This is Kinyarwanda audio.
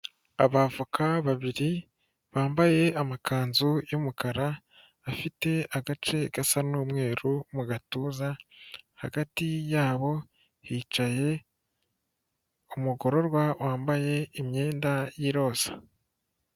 Ab'avoka babiri bambaye amakanzu y'umukara afite agace gasa n'umweru mu gatuza, hagati yabo hicaye umugororwa wambaye imyenda y'irosa.